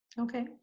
Okay